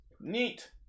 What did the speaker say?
Neat